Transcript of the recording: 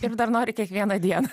ir dar nori kiekvieną dieną